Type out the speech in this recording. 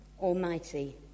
almighty